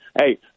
Hey